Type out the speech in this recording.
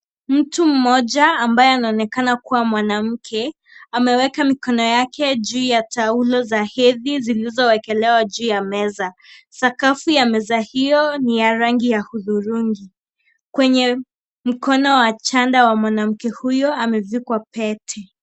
Mtu mmoja ambaye anaonekana kuwa mwanamke ameweka mikono yake juu ya taulo za hedhi zilizowekelewa juu ya meza , sakafu ya meza hio ni ya rangi ya hudhurungi kwenye mkono wa chanda ya mwanamke huyu amevikwa pete.